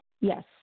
Yes